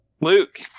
Luke